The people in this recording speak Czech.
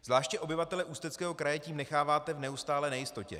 Zvláště obyvatele Ústeckého kraje tím necháváte v neustálé nejistotě.